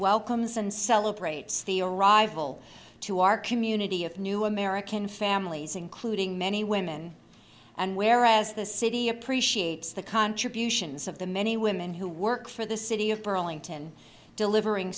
welcomes and celebrates the arrival to our community of new american families including many women and whereas the city appreciates the contributions of the many women who work for the city of burlington delivering